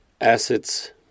assets